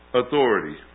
authority